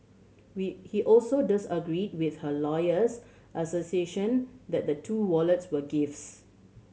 we he also disagreed with her lawyer's that the two wallets were gifts